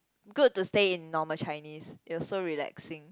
good to stay in normal Chinese it was so relaxing